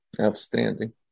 Outstanding